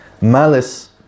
malice